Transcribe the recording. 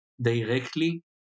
directly